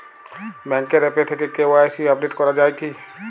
ব্যাঙ্কের আ্যপ থেকে KYC update করা যায় কি?